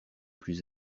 plus